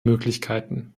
möglichkeiten